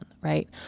right